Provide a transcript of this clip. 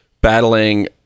battling